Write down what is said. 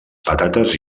patates